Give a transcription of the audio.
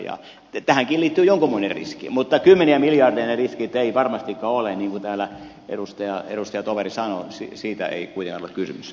tähänkin liittyy jonkunmoinen riski mutta kymmeniä miljardeja ne riskit eivät varmastikaan ole niin kuin täällä edustajatoveri sanoi siitä ei kuitenkaan ole kysymys